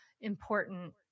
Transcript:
important